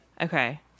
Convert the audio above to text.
okay